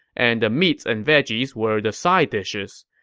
and the meats and vegetables were the side dishes.